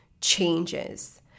changes